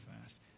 fast